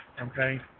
okay